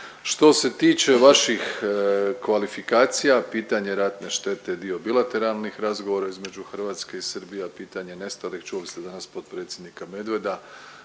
Što se tiče vaših kvalifikacija pitanje ratne štete je dio bilateralnih razgovora između Hrvatske i Srbije, a pitanje nestalih čuli ste danas potpredsjednika Medveda,